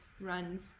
runs